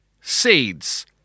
seeds